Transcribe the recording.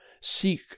Seek